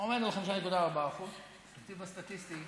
התקציב הסטטיסטי,